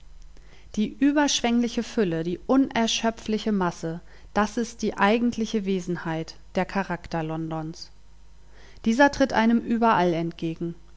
die überschwengliche fülle die unerschöpfliche masse das ist die eigentliche wesenheit der charakter londons dieser tritt einem überall entgegen